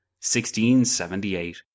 1678